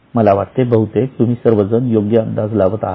मला वाटते बहुतेक तुम्ही सर्वजण योग्य अंदाज लावत आहात